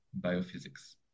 biophysics